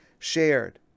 shared